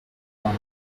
reno